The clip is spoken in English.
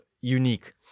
unique